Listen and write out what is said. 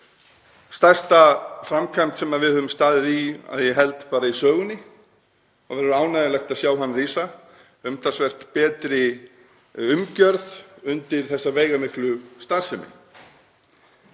spítala; stærsta framkvæmd sem við höfum staðið í að ég held bara í sögunni og verður ánægjulegt að sjá hann rísa, umtalsvert betri umgjörð undir þessa veigamiklu starfsemi.